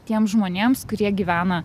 tiems žmonėms kurie gyvena